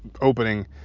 opening